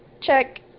check